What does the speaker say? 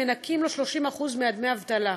מנכים לו 30% מדמי אבטלה.